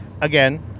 again